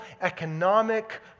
economic